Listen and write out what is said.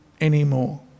anymore